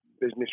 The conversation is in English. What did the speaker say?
business